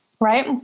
right